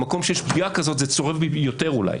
במקום שיש פגיעה כזאת זה צורב בי יותר אולי.